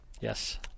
Yes